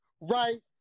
right